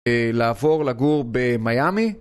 לעבור לגור במיאמי